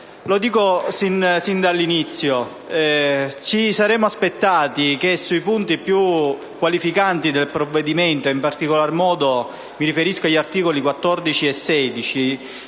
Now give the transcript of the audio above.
ci saremmo aspettati che sui punti più qualificanti del provvedimento (in particolar modo mi riferisco agli articoli 14 e 16)